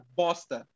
bosta